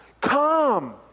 Come